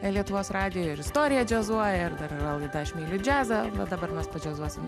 lietuvos radijo ir istorija džiazuoja ir dar yra laida aš myliu džiazą va dabar mes padžiazuosime